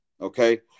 Okay